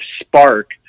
spark